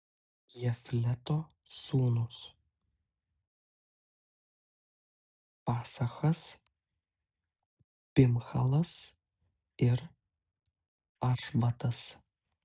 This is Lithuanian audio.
jafleto sūnūs pasachas bimhalas ir ašvatas